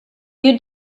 you